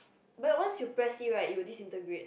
but once you press it right you will disintegrate